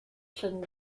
turned